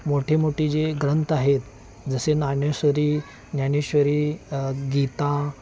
मोठे मोठे जे ग्रंथ आहेत जसे ज्ञानेश्वरी ज्ञानेश्वरी गीता